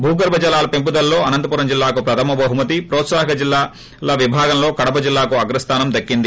భూగర్భ జలాల పెంపుదలలో అనంతపురం జిల్లాకు ప్రథమ బహుమతి హ్రోత్సాహక జిల్లాల విభాగంలో కడప జిల్లాకు అగ్రస్దానం దక్కింది